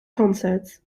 concerts